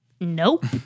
Nope